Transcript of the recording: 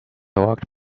walked